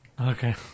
Okay